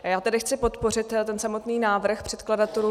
Já tady chci podpořit samotný návrh předkladatelů.